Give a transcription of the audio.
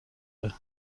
آره